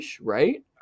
Right